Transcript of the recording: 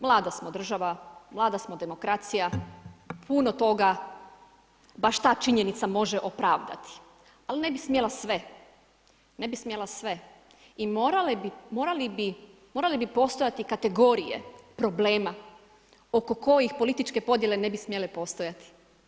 Mlada smo država, mlada smo demokracija, puno toga baš ta činjenica može opravdati, ali ne bi smjela sve, ne bi smjela sve i morali bi postojati kategorije problema oko kojih političke podjele ne bi smjele postojati.